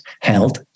health